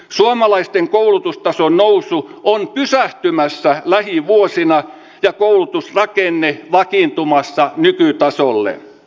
suomalaisten koulutustason nousu on pysähtymässä lähivuosina ja koulutusrakenne vakiintumassa nykytasolle